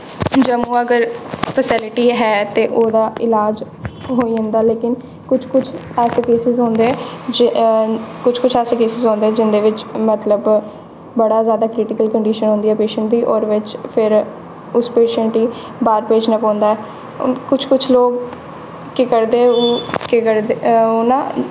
जम्मू अगर फैसिलिटी है ते ओह्दा ईलाज़ होई जंदा लेकिन कुछ कुछ ऐसे पेशैंट होंदे कुछ कुछ ऐसे केसश होंदे जिं'दे बिच्च मतलब बड़ा जादा क्रिटिकल कंडीशन होंदी ऐ पेशैंट दी होर बिच्च फिर उस पेशैंट गी बाह्र भेजना पौंदा ऐ कुछ कुछ लोग केह् करदे ओह् केह् करदे